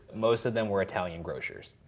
most of them were italian grocers.